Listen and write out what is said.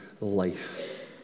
life